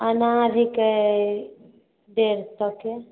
अनार बिकै हय डेढ़ सए के